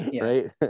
Right